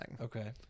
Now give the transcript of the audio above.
Okay